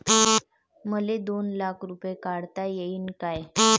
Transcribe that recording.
मले दोन लाख रूपे काढता येईन काय?